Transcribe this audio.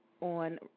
on